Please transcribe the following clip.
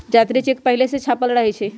जात्री चेक पहिले से छापल रहै छइ